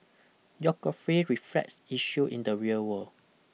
geography reflects issue in the real world